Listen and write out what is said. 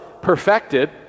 Perfected